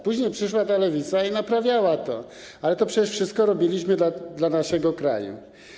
Później przyszła ta lewica i naprawiała to, ale to przecież wszystko robiliśmy dla naszego kraju.